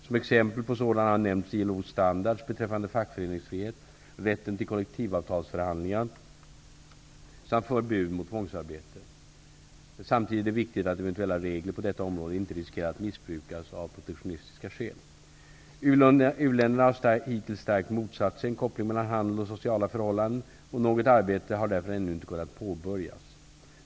Som exempel på sådana har nämnts ILO:s standards beträffande fackföreningsfrihet, rätten till kollektivförhandlingar samt förbud mot tvångsarbete. Samtidigt är det viktigt att eventuella regler på detta område inte riskerar att missbrukas av protektionistiska skäl. U-länderna har hittills starkt motsatt sig en koppling mellan handel och sociala förhållanden, och något arbete har därför ännu inte kunnat påbörjas.